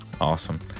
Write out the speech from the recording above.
awesome